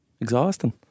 Exhausting